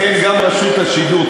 לכן גם רשות השידור,